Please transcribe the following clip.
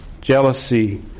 jealousy